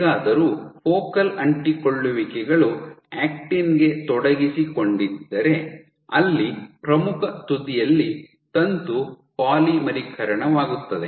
ಹೇಗಾದರೂ ಫೋಕಲ್ ಅಂಟಿಕೊಳ್ಳುವಿಕೆಗಳು ಆಕ್ಟಿನ್ಗೆ ತೊಡಗಿಸಿಕೊಂಡಿದ್ದರೆ ಅಲ್ಲಿ ಪ್ರಮುಖ ತುದಿಯಲ್ಲಿ ತಂತು ಪಾಲಿಮರೀಕರಣವಾಗುತ್ತದೆ